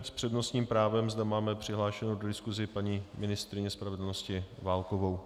S přednostním právem zde máme přihlášenu do diskuse paní ministryni spravedlnosti Válkovou.